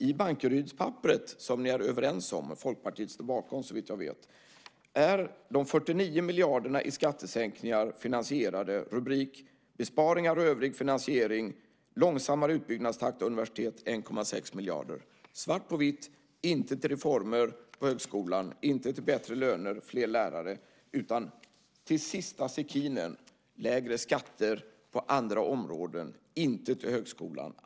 I Bankerydspapperet, som ni är överens om och som Folkpartiet står bakom, såvitt jag vet, är de 49 miljarderna i skattesänkningar finansierade med, som det står under rubriken Besparingar och övrig finansiering, långsammare utbyggnadstakt av universitet, 1,6 miljarder. Svart på vitt, inte till reformer på högskolan, inte till bättre löner och fler lärare utan till sista sekinen lägre skatter på andra områden, inte till högskolan.